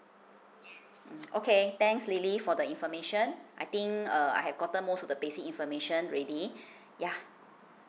mm okay thanks lily for the information I think uh I have gotten most the basic information already yeah